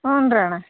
ಹ್ಞೂನಣ್ಣ